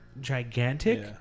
gigantic